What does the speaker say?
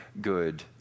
good